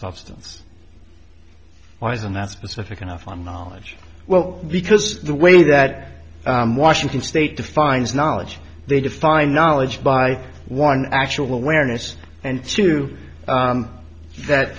substance why isn't that specific enough on knowledge well because the way that washington state defines knowledge they define knowledge by one actual awareness and two that